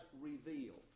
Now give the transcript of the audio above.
revealed